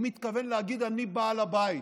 הוא מתכוון להגיד: אני בעל הבית,